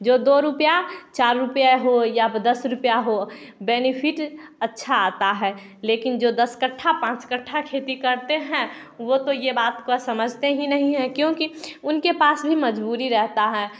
जो दो रुपया चार रुपये हों या फिर दस रुपये हों बेनिफिट अच्छा आता है लेकिन जो दस कट्ठा पाँच कट्ठा खेती करते हैं वो तो ये बात को समझते ही नहीं है क्योंकि उनके पास भी महबूरी रहता है